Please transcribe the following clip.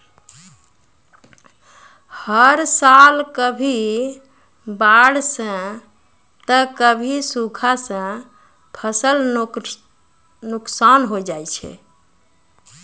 हर साल कभी बाढ़ सॅ त कभी सूखा सॅ फसल नुकसान होय जाय छै